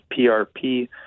PRP